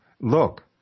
look